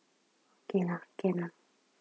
okay lah can lah